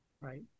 Right